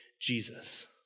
Jesus